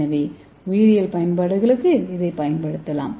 எனவே உயிரியல் பயன்பாடுகளுக்கு இதைப் பயன்படுத்தலாம்